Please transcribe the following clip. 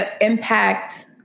impact